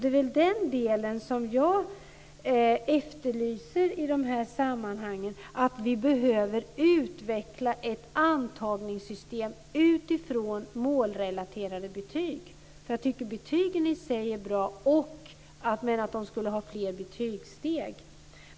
Det är den delen som jag efterlyser i de här sammanhangen. Vi behöver utveckla ett antagningssystem utifrån målrelaterade betyg. Betygen i sig är bra, men det borde finnas fler betygssteg.